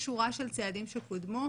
יש שורה של צעדים שקודמו.